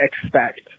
expect